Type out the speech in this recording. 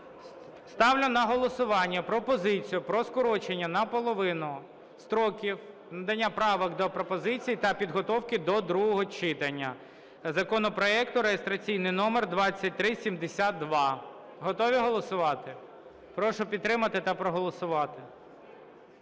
Ставлю на голосування пропозицію про скорочення наполовину строків надання правок та пропозицій та підготовки до другого читання законопроекту (реєстраційний номер 2372). Готові голосувати? Прошу підтримати та проголосувати.